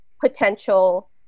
potential